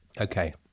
Okay